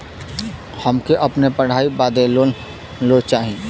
हमके अपने पढ़ाई बदे लोन लो चाही?